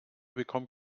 bekommt